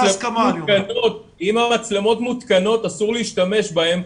אם במצלמות המותקנות אסור להשתמש בהן,